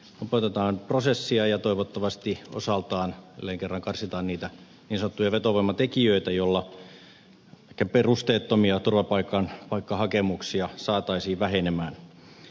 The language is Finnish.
nopeutetaan prosessia ja toivottavasti osaltaan jälleen kerran karsitaan niitä niin sanottuja vetovoimatekijöitä jolloin ehkä perusteettomia turvapaikkahakemuksia saataisiin vähenemään